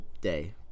day